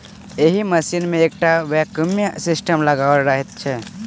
एहि मशीन मे एकटा वैक्यूम सिस्टम लगाओल रहैत छै